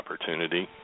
opportunity